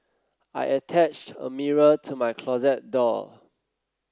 I attached a mirror to my closet door